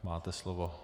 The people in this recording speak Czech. Máte slovo.